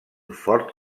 fort